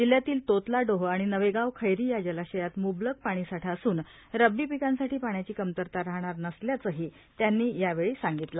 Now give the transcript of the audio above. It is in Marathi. जिल्ह्यातील तोतलाडोह आणि नवेगांव छैरी या जलाशयात मुबलक पाणीसाठा असून रब्नी पिकांसाठी पाण्याची कमतरता राहणार बसल्याचंही त्यांनी यावेळी सांगितलं